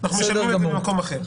אנחנו משלמים על זה במקום אחר.